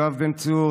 יואב בן צור,